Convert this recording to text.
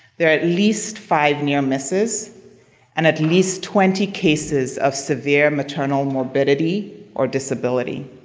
there are at least five near-misses and at least twenty cases of severe maternal morbidity or disability.